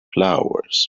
flowers